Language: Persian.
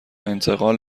انتقال